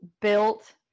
built